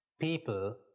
people